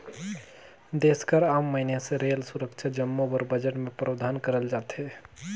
देस कर आम मइनसे रेल, सुरक्छा जम्मो बर बजट में प्रावधान करल जाथे